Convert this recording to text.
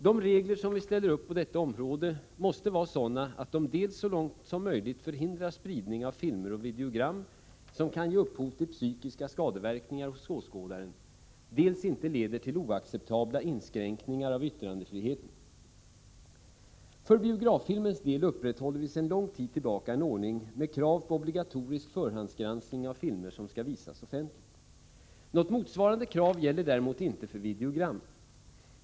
De regler som vi ställer upp på detta område måste vara sådana att de dels så långt som möjligt förhindrar spridning av filmer och videogram som kan ge upphov till psykiska skadeverkningar hos åskådaren, dels inte leder till oacceptabla inskränkningar av yttrandefriheten. För biograffilmens del upprätthåller vi sedan lång tid tillbaka en ordning med krav på obligatorisk förhandsgranskning av filmer som skall visas offentligt. Något motsvarande krav gäller däremot inte för videogram.